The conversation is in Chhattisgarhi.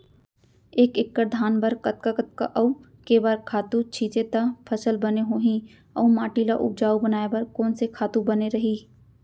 एक एक्कड़ धान बर कतका कतका अऊ के बार खातू छिंचे त फसल बने होही अऊ माटी ल उपजाऊ बनाए बर कोन से खातू बने रही?